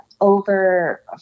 over